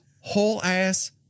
whole-ass